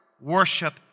worship